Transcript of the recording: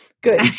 good